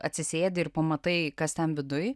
atsisėdi ir pamatai kas ten viduj